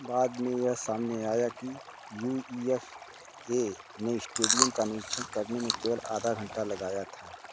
बाद में यह सामने आया कि यू ई एफ़ ए ने स्टेडियम का निरीक्षण करने में केवल आधा घन्टा लगाया था